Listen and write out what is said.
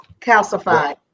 calcified